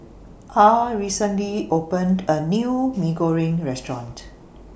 Ah recently opened A New Mee Goreng Restaurant